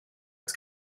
its